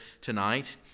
tonight